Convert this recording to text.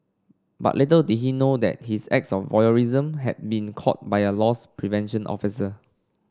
but little did he know that his acts of voyeurism had been caught by a loss prevention officer